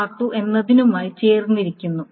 r1 r2 എന്നതുമായി ചേർന്നിരിക്കുന്നു